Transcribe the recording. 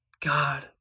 God